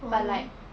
but like